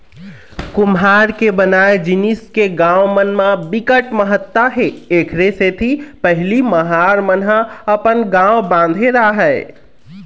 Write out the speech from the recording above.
कुम्हार के बनाए जिनिस के गाँव मन म बिकट महत्ता हे एखरे सेती पहिली महार मन ह अपन गाँव बांधे राहय